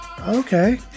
okay